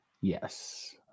Yes